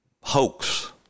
hoax